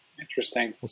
Interesting